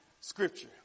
scripture